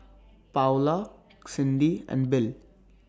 Paola Cindy and Bill